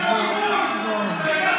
בואו.